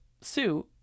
Sue